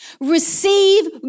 receive